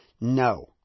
No